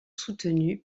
soutenues